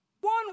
One